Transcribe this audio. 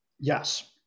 Yes